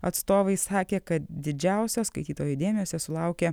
atstovai sakė kad didžiausio skaitytojų dėmesio sulaukia